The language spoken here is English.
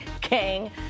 King